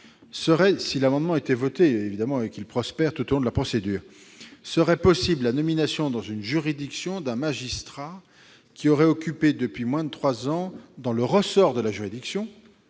Si l'amendement devait être voté et prospérer tout au long de la procédure, serait ainsi possible la nomination dans une juridiction d'un magistrat qui aurait occupé depuis moins de trois ans, dans le ressort de cette juridiction,